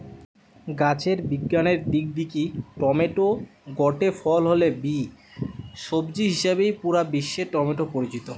গাছের বিজ্ঞানের দিক দিকি টমেটো গটে ফল হলে বি, সবজি হিসাবেই পুরা বিশ্বে টমেটো পরিচিত